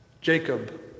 Jacob